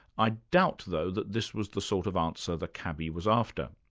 i doubt though that this was the sort of answer the cabbie was after.